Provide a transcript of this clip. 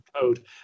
code